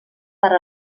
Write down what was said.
per